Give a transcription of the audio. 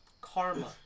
Karma